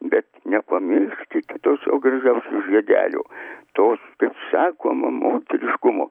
bet nepamirškite to savo gražiausio žiedelio tos kaip sakoma moteriškumo